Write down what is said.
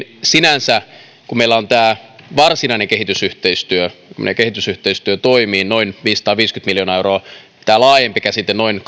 sinänsä kun meillä on tämä varsinainen kehitysyhteistyö meidän kehitysyhteistyö toimii noin viisisataaviisikymmentä miljoonaa euroa tämä laajempi käsite on noin